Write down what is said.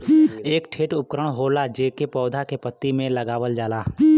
एक ठे उपकरण होला जेके पौधा के पत्ती में लगावल जाला